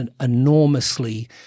enormously